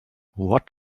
what